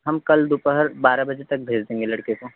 हम कल दोपहर बारह बजे तक भेज देंगे लड़के को